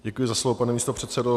Děkuji za slovo, pane místopředsedo.